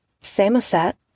Samoset